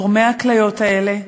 לתורמי הכליות האלה,